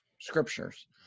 scriptures